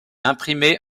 imprimé